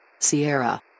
Sierra